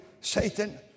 Satan